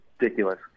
ridiculous